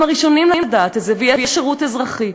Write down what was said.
ויש שירות אזרחי,